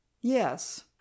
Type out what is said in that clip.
yes